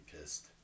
pissed